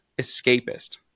escapist